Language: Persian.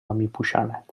میپوشاند